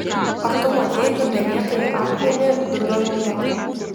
ar tu matei dubenėtąjį akmenį dubioj vietoj